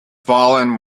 fallen